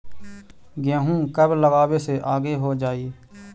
गेहूं कब लगावे से आगे हो जाई?